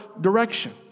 direction